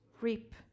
reap